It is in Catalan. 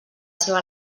seva